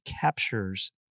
captures